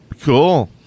Cool